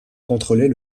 contrôler